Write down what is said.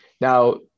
Now